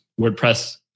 WordPress